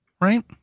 right